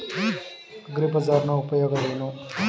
ಅಗ್ರಿಬಜಾರ್ ನ ಉಪಯೋಗವೇನು?